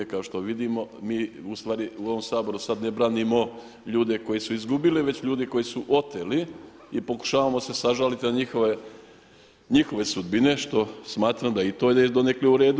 Kao što vidimo mi u ovom Saboru sada ne branimo ljude koji su izgubili već ljude koji su oteli i pokušavamo se sažaliti na njihove sudbine što smatram da je i to donekle uredu.